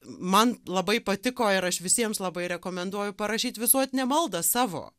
man labai patiko ir aš visiems labai rekomenduoju parašyt visuotinę maldą savo